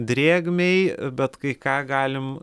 drėgmei bet kai ką galim